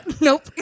nope